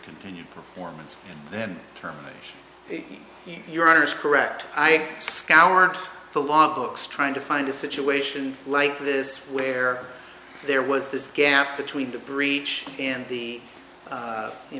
continued performance and then term your honor is correct i scoured the law books trying to find a situation like this where there was this gap between the breach and the you